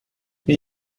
wie